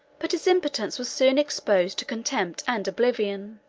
but his impotence was soon exposed to contempt and oblivion